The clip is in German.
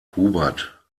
hubert